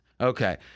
Okay